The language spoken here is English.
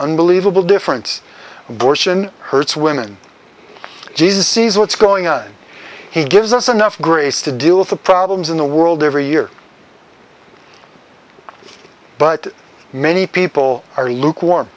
unbelievable difference gershon hurts women jesus sees what's going on he gives us enough grace to deal with the problems in the world every year but many people are lukewarm